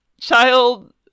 child